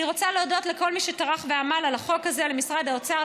אני רוצה להודות לכל מי שטרח ועמל על החוק הזה: במשרד האוצר,